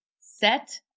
set